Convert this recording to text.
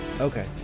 Okay